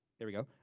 there we go.